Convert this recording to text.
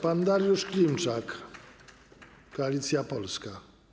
Pan Dariusz Klimczak, Koalicja Polska.